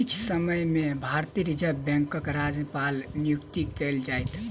किछ समय में भारतीय रिज़र्व बैंकक राज्यपालक नियुक्ति कएल जाइत